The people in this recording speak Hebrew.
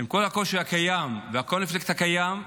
עם כל הקושי הקיים והקונפליקט הקיים,